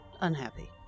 unhappy